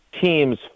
teams